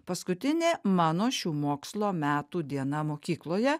paskutinė mano šių mokslo metų diena mokykloje